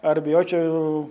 ar bijočiau